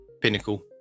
Pinnacle